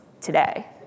today